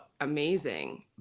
amazing